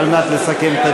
על מנת לסכם את הדיון.